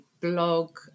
blog